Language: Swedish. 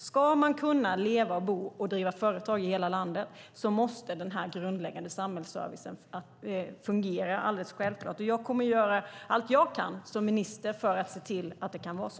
Ska man kunna leva, bo och driva företag i hela landet måste den här grundläggande samhällsservicen självklart fungera. Jag kommer att göra allt jag kan som minister för att se till att det kan vara så.